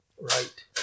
right